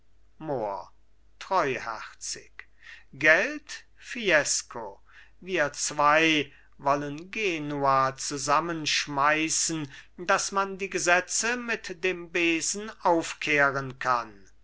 treuherzig gelt fiesco wir zwei wollen genua zusammenschmeißen daß man die gesetze mit dem besen aufkehren kann